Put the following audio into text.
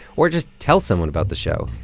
or just tell someone about the show.